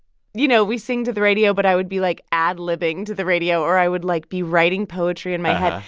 you know, we sing to the radio, but i would be, like, ad-libbing to the radio. or i would, like, be writing poetry in my head.